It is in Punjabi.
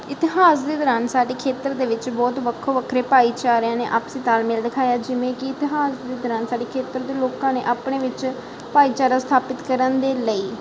ਇਤਿਹਾਸ ਦੇ ਦੌਰਾਨ ਸਾਡੇ ਖੇਤਰ ਦੇ ਵਿੱਚ ਬਹੁਤ ਵੱਖੋ ਵੱਖਰੇ ਭਾਈਚਾਰਿਆਂ ਨੇ ਆਪਸੀ ਤਾਲਮੇਲ ਦਿਖਾਇਆ ਜਿਵੇਂ ਕਿ ਇਤਿਹਾਸ ਦੀ ਤਰ੍ਹਾਂ ਸਾਡੇ ਖੇਤਰ ਦੇ ਲੋਕਾਂ ਨੇ ਆਪਣੇ ਵਿੱਚ ਭਾਈਚਾਰਾ ਸਥਾਪਿਤ ਕਰਨ ਦੇ ਲਈ